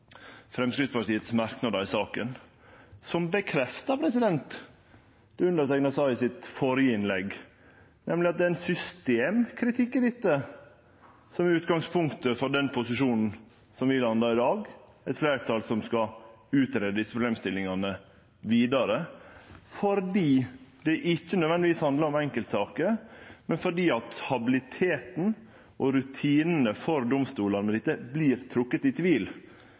i saka som bekreftar det eg sa i mitt førre innlegg, nemleg at det er ein systemkritikk i dette som er utgangspunktet for den posisjonen vi landar i dag, eit fleirtal for at ein skal greie ut desse problemstillingane vidare, fordi det ikkje nødvendigvis handlar om enkeltsaker, men fordi habiliteten og rutinane for domstolane vert trekte i tvil.